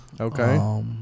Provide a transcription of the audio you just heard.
okay